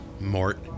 Mort